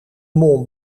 mont